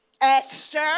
Esther